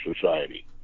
Society